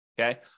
Okay